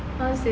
a'ah seh